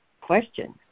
question